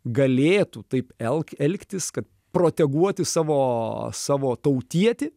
galėtų taip elk elgtis kad proteguoti savo savo tautietį